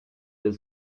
del